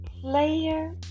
player